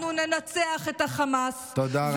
אנחנו ננצח את החמאס, תודה רבה.